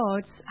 God's